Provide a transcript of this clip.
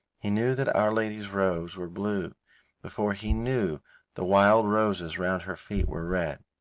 he knew that our lady's robes were blue before he knew the wild roses round her feet were red.